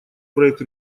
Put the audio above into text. проект